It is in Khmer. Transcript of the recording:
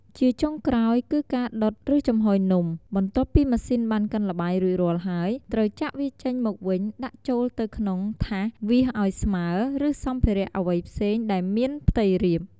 ជាចុងក្រោយ គឺការដុត ឬចំហុយនំ បន្ទាប់ពីម៉ាស៊ីនបានកិនល្បាយរួចរាល់ហើយ ត្រូវចាក់វាចេញមកវិញដាក់ចូលទៅក្នុង ថាស វាសឱ្យស្មើ ឬសំភារៈអ្វីផ្សេងដែលមានផ្ទៃរាប។